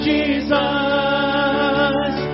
Jesus